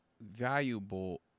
valuable